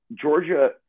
Georgia